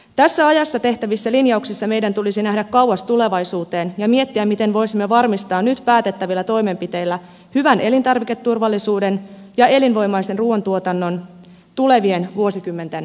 tässä ajassa tehtävissä linjauksissa meidän tulisi nähdä kauas tulevaisuuteen ja miettiä miten voisimme varmistaa nyt päätettävillä toimenpiteillä hyvän elintarviketurvallisuuden ja elinvoimaisen ruuantuotannon tulevien vuosikymmenten päähän